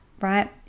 right